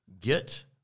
get